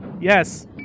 yes